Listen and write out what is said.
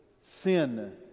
sin